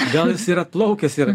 gal jis yra plaukęs yra